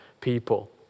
people